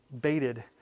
baited